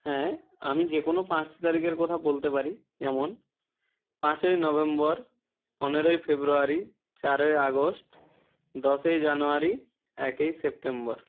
হ্যাঁ আমি যে কোনো পাঁচটি তারিখের কথা বলতে পারি যেমন পাঁচই নভেম্বর নেরোই ফেব্রুয়ারি চারই আগস্ট দশই জানুয়ারি একই সেপ্টেম্বর